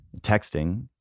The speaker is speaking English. texting